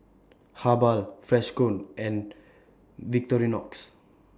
Habhal Freshkon and Victorinox